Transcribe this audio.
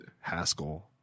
haskell